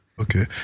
Okay